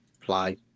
play